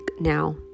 now